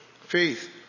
faith